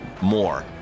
more